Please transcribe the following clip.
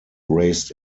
raced